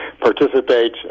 participate